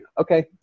okay